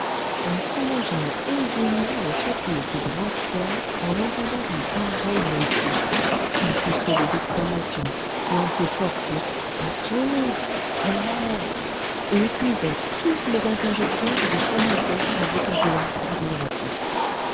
on s'imagine aisément la surprise du brave pierre en entendant un pareil récit il poussait des exclamations lançait force bateau tonnerre et épuisait toutes les interjections que lui fournissait son vocabulaire admiratif